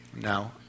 Now